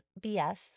bs